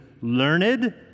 learned